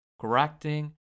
correcting